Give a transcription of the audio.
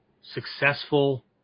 successful